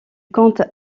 compte